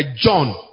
John